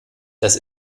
das